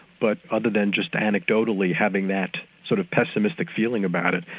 but other than just anecdotally having that sort of pessimistic feeling about it,